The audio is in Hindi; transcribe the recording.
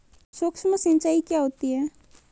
सुक्ष्म सिंचाई क्या होती है?